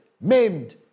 maimed